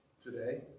today